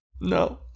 No